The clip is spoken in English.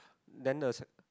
then the